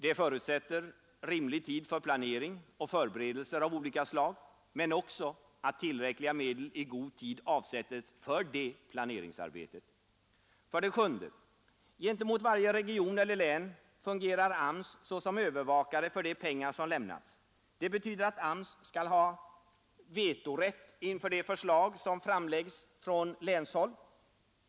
Det förutsätter rimlig tid för planering och förberedelser av olika slag, men också att tillräckliga medel i god tid avsättes för planeringsarbetet. 7. Gentemot varje region eller län fungerar AMS såsom övervakare för de pengar som lämnats. Det betyder att AMS skall ha vetorätt inför de förslag som framlägges från länshåll.